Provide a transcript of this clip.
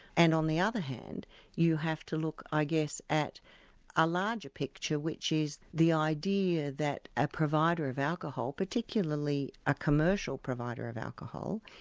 and on the other hand you have to look i guess at a larger picture, which is the idea that a provider of alcohol, particularly a commercial provider of alcohol,